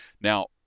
Now